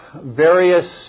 various